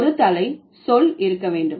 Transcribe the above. ஒரு தலை சொல் இருக்க வேண்டும்